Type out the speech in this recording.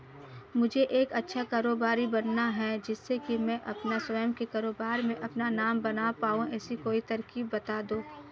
मुझे एक अच्छा कारोबारी बनना है जिससे कि मैं अपना स्वयं के कारोबार में अपना नाम बना पाऊं ऐसी कोई तरकीब पता दो?